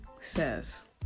says